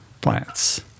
plants